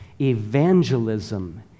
Evangelism